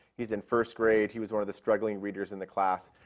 he's in first grade. he was one of the struggling readers in the class.